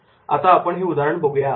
आता आपण ते उदाहरण बघूया